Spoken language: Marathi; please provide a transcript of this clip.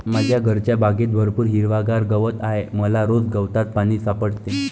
माझ्या घरच्या बागेत भरपूर हिरवागार गवत आहे मला रोज गवतात पाणी सापडते